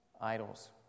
idols